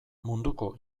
munduko